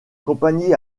compagnie